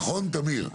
נכון, עמיר?